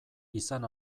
izan